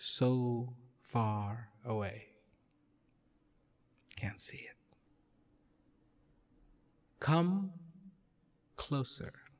so far away can see it come closer